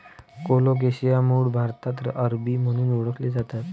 colocasia मूळ भारतात अरबी म्हणून ओळखले जाते